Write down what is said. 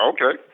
Okay